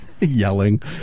Yelling